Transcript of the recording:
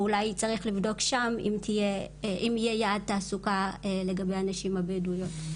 אולי צריך לבדוק שם אם יהיה יעד תעסוקה לגבי הנשים הבדואיות.